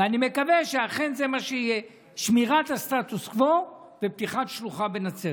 ואני מקווה שאכן זה מה שיהיה: שמירת הסטטוס קוו ופתיחת שלוחה בנצרת.